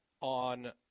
on